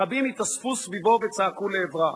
רבים התאספו סביבו וצעקו לעברה.